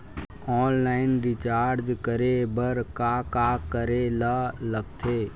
Online recharge करे बर का का करे ल लगथे?